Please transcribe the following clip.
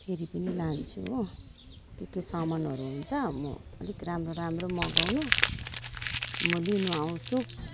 फेरि पनि लान्छु हो त त्यो सामानहरू हुन्छ म अलिक राम्रो राम्रो मगाउनु म लिन आउँछु